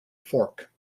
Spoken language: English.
fork